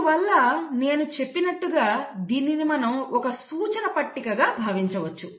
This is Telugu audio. ఇందువల్ల నేను చెప్పినట్టుగా దీనిని మనం ఒక సూచన పట్టికగా భావించవచ్చు